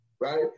right